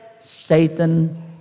Satan